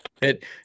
It